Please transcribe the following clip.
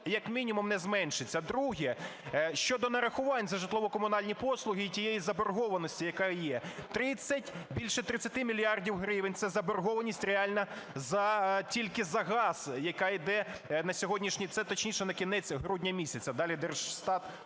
як мінімум не зменшиться. Друге. Щодо нарахувань за житлово-комунальні послуги і тієї заборгованості, яка є. Тридцять, більше 30 мільярдів гривень - це заборгованість реальна тільки за газ, яка йде на сьогоднішній… Це, точніше, на кінець грудня місяця, далі Держстат